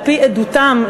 על-פי עדותם,